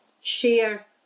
share